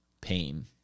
pain